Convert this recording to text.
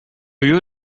you